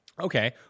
Okay